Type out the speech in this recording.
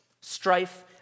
Strife